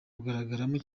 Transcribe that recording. kugaragaramo